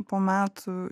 po metų